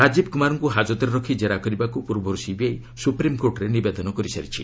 ରାଜୀବ୍ କୁମାରଙ୍କ ହାଜତ୍ରେ ରଖି ଜେରା କରିବାକୁ ପୂର୍ବରୁ ସିବିଆଇ ସୁପ୍ରିମ୍କୋର୍ଟରେ ନିବେଦନ କରିସାରିଛି